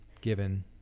given